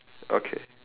okay